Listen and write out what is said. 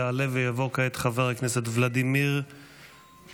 יעלה ויבוא כעת חבר הכנסת ולדימיר בליאק.